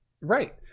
right